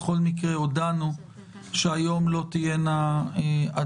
בכל מקרה, הודענו שהיום לא יהיו הצבעות.